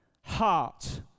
heart